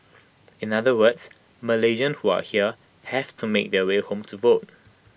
in other words Malaysians who are here have to make their way home to vote